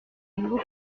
nouveau